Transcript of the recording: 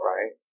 Right